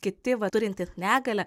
kiti va turintys negalią